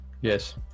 Yes